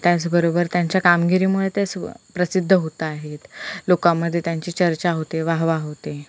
त्याचबरोबर त्यांच्या कामगिरीमुळे तेच व प्रसिद्ध होत आहेत लोकांमध्ये त्यांची चर्चा होते वा हवा होते